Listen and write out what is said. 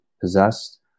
possessed